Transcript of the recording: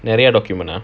நெறைய:neraya document ah